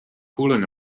pulling